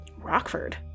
Rockford